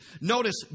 Notice